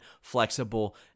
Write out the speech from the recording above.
flexible